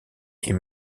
est